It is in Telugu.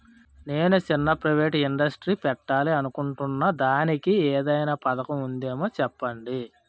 నేను చిన్న ప్రైవేట్ ఇండస్ట్రీ పెట్టాలి అనుకుంటున్నా దానికి ఏదైనా పథకం ఉందేమో చెప్పండి?